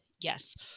Yes